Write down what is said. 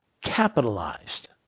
capitalized